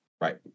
Right